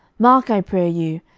mark, i pray you,